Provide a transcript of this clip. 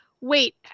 wait